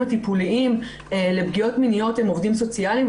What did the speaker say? הטיפוליים לפגיעות מיניות הם עובדים סוציאליים.